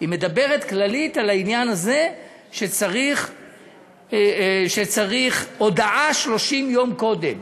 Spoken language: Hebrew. היא מדברת כללית על העניין הזה שצריך הודעה 30 יום קודם.